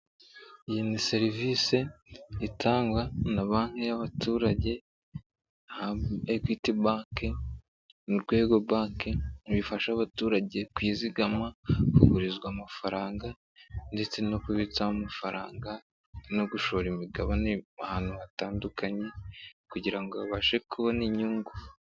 Iyi ni serivisi itangwa na Banki y'abaturage Equity Bank, Urwego Banki bifasha abaturage kwizigama kugurizwa amafaranga ndetse no kubitsa amafaranga no gushora imigabane ahantu hatandukanye kugira ngo babashe kubona inyungu.